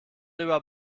über